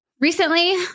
recently